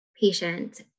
patient